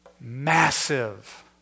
massive